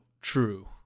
true